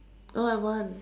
oh I want